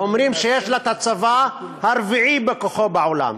אומרים שיש לה את הצבא הרביעי בכוחו בעולם.